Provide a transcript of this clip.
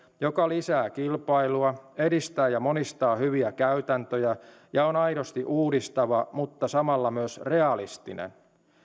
joka lisää kilpailua edistää ja monistaa hyviä käytäntöjä ja on aidosti uudistava mutta samalla realistinen